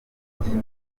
bwanjye